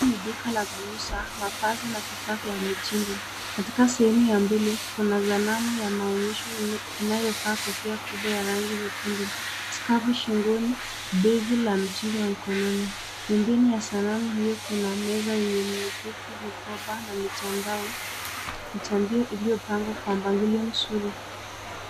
Hili ni duka la kuuza mavazi na bidhaa za mitindo. Katika sehemu ya mbele kuna sanamu ya maonyesho inayovaa kofia kubwa ya rangi nyekundu, skafu shingoni, begi la mtindo mkononi. Pembeni ya sanamu hio kuna meza yenye mikufu, mikoba na michangio iliyopangwa kwa mpangilio mzuri.